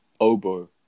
oboe